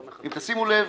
אם תשימו לב,